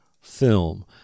film